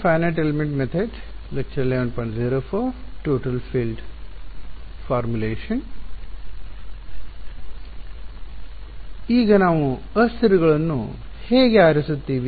ಸರಿ ಈಗ ನಾವು ಅಸ್ಥಿರಗಳನ್ನು ಹೇಗೆ ಆರಿಸುತ್ತೀವಿ